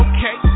Okay